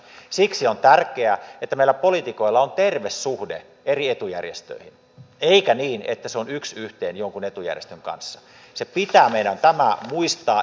siksi on tärkeää että meillä poliitikoilla on terve suhde eri etujärjestöihin eikä niin että se on yks yhteen jonkun etujärjestön kanssa se pitää meidän muistaa